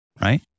right